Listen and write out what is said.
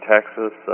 Texas